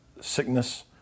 sickness